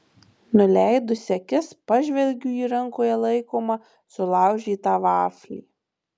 nuleidusi akis pažvelgiu į rankoje laikomą sulaužytą vaflį